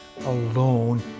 alone